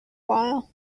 while